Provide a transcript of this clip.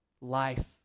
life